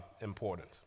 important